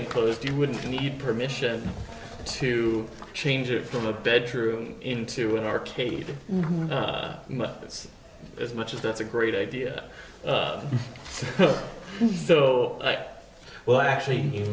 enclosed you wouldn't need permission to change it from a bedroom into an arcade that's as much as that's a great idea so well actually you